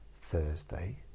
Thursday